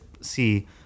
see